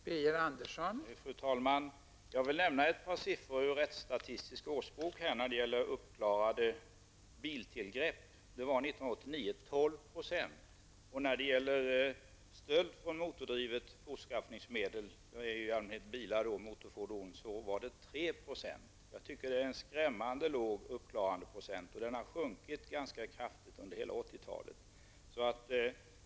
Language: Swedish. Fru talman! Jag vill när det gäller antalet uppklarade biltillgrepp nämna ett par siffror ur Rättsstatistisk årsbok. Antalet uppklarade biltillgrepp 1989 var 12 %. När det gäller stöld från motordrivet fortskaffningsmedel, dvs. i allmänhet bilar, var det 3 %. Det är enligt min uppfattning en skrämmande låg uppklarandeprocent, och den har också sjunkit ganska kraftigt under hela 80-talet.